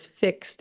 fixed